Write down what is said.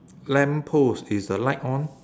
lamppost is the light on